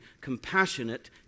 compassionate